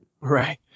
Right